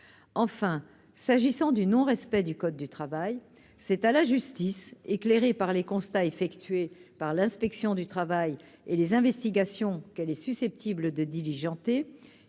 enfin, s'agissant du non respect du code du travail, c'est à la justice éclairée par les constats effectués par l'inspection du travail et les investigations qu'elle est susceptible de diligenter